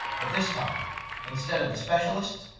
but this time instead of the specialists,